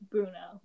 Bruno